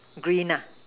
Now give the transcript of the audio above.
green ah